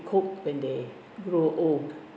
cope when they grow old